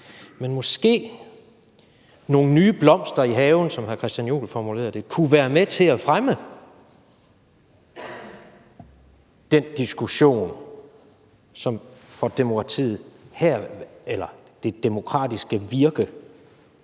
Men måske nogle nye blomster i haven, som hr. Christian Juhl formulerede det, kunne være med til at fremme den diskussion, som får det demokratiske virke